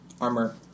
armor